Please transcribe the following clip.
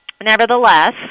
Nevertheless